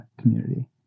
community